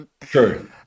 True